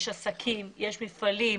מפעלים,